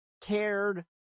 cared